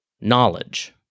knowledge